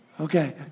Okay